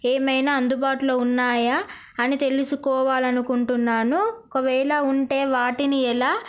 ఏమైనా అందుబాటులో ఉన్నాయా అని తెలుసుకోవాలి అనుకుంటున్నాను ఒకవేళ ఉంటే వాటిని ఎలా